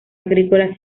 agrícola